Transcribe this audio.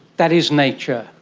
that is nature,